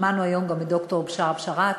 שמענו היום גם את ד"ר בשארה בשאראת,